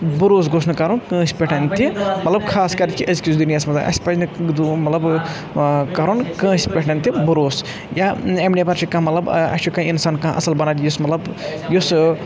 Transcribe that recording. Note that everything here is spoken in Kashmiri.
برُوسہٕ گوٚژھ نہٕ کَرُن کٲنٛسہِ پؠٹھ مَطلَب خاص کَر کہِ أزکِس دُنیاہَس منٛز اَسہِ پَزِ نہٕ کٲنٛسہِ تہِ دُوٗنٛکھٕ مَطلَب ٲں آ کَرُن کٲنٛسہِ پؠٹھ تہِ برُوس یا اِمہِ نِؠبَر چھِ کانٛہہ مَطلَب اَسہِ چھُ اِنسان کانٛہہ اَصٕل بنان یُس مطلَب یُس ٲں